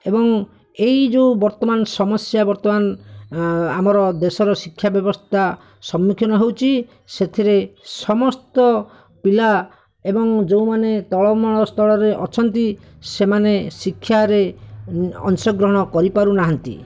ଏବଂ ଏଇ ଯେଉଁ ବର୍ତ୍ତମାନ ସମସ୍ୟା ବର୍ତ୍ତମାନ ଆମର ଦେଶର ଶିକ୍ଷା ବ୍ୟବସ୍ଥା ସମ୍ମୁଖୀନ ହୋଉଛି ସେଥିରେ ସମସ୍ତ ପିଲା ଏବଂ ଯେଉଁମାନେ ତଳ ମଳ ସ୍ତରରେ ଅଛନ୍ତି ସେମାନେ ଶିକ୍ଷାରେ ଅଂଶ ଗ୍ରହଣ କରି ପାରୁ ନାହାନ୍ତି